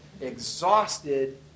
exhausted